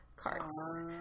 cards